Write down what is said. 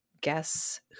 guess